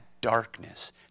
darkness